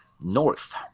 north